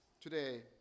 today